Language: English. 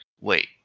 Wait